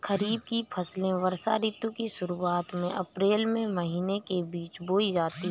खरीफ की फसलें वर्षा ऋतु की शुरुआत में अप्रैल से मई के बीच बोई जाती हैं